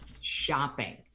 shopping